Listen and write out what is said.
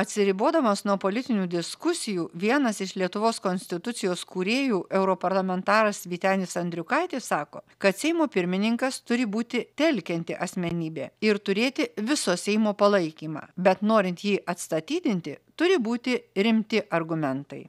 atsiribodamas nuo politinių diskusijų vienas iš lietuvos konstitucijos kūrėjų europarlamentaras vytenis andriukaitis sako kad seimo pirmininkas turi būti telkianti asmenybė ir turėti viso seimo palaikymą bet norint jį atstatydinti turi būti rimti argumentai